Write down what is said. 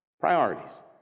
Priorities